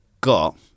got